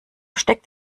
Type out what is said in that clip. steckt